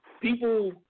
people